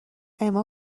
اما